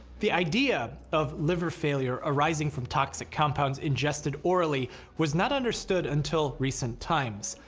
the idea of liver failure arising from toxic compounds ingested orally was not understood until recent times.